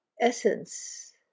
essence